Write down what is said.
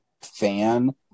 fan